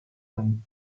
and